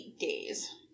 days